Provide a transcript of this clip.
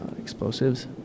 explosives